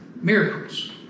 miracles